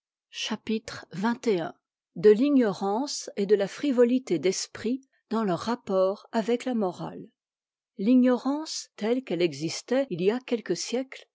chapitre xxi de f km'nhce et de la frivolité d'esprit dans leurs rapports avec la morale l'ignorance telle qu'elle existait il y a quelques sièctes